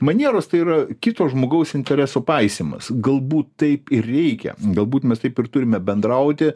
manieros tai yra kito žmogaus interesų paisymas galbūt taip ir reikia galbūt mes taip ir turime bendrauti